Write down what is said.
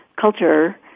culture